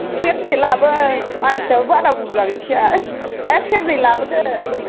सेरसे लाबो मानसियाबो बारा बुरजा गैखाया ए सेरनै लाबोदो